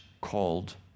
called